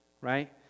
right